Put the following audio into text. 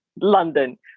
London